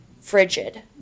frigid